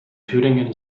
thüringen